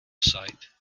site